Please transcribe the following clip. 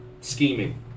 scheming